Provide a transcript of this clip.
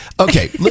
okay